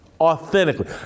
authentically